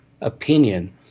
opinion